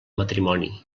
matrimoni